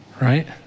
right